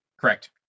Correct